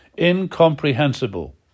incomprehensible